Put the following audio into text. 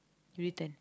written